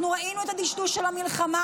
אנחנו ראינו את הדשדוש של המלחמה.